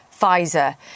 Pfizer